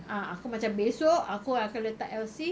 ah aku macam besok aku akan letak elsie